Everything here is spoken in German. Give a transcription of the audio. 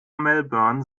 melbourne